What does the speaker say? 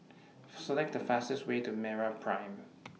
Select The fastest Way to Meraprime